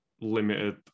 limited